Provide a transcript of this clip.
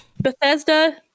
bethesda